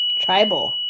tribal